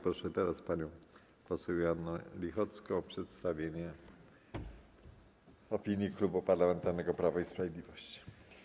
Poproszę teraz panią poseł Joannę Lichocką o przedstawienie opinii Klubu Parlamentarnego Prawo i Sprawiedliwość.